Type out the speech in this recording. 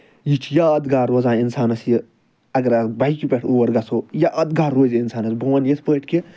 یہِ چھُ یاد گار روزان اِنسانَس یہِ اَگر اَکھ بایِکہِ پٮ۪ٹھ یور گژھو یاد گار روزِ اِنسانَس بہٕ وَنہٕ یِتھۍ پٲٹھۍ کہِ